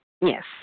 Yes